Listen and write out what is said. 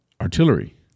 artillery